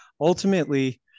ultimately